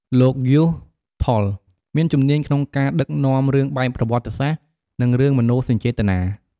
លោក យ៉ូស ថុល មានជំនាញក្នុងការដឹកនាំរឿងបែបប្រវត្តិសាស្ត្រ និងរឿងមនោសញ្ចេតនា។